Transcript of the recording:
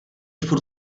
furt